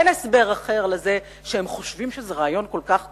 אין הסבר אחר לזה שהם חושבים שזה רעיון כל כך טוב,